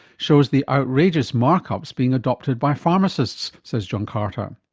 shows the outrageous mark-ups being adopted by pharmacists, says john carter.